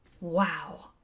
wow